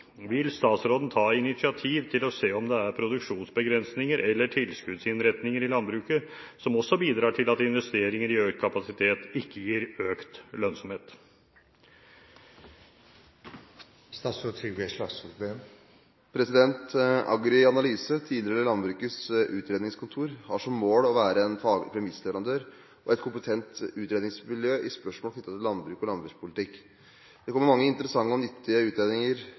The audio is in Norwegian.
vil statsråden ta initiativ til å se om det er produksjonsbegrensninger eller tilskuddsinnretninger i landbruket som også bidrar til at investeringer i økt kapasitet ikke gir økt lønnsomhet?» AgriAnalyse – tidligere Landbrukets Utredningskontor – har som mål å være en faglig premissleverandør og et kompetent utredningsmiljø i spørsmål knyttet til landbruk og landbrukspolitikk. Det kommer mange interessante og nyttige utredninger